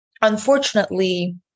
unfortunately